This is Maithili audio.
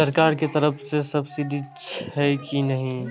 सरकार के तरफ से सब्सीडी छै कि नहिं?